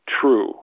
true